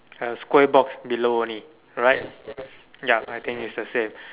a square box below only right ya I think it's the same